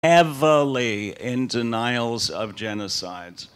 Heavily in denials of genocide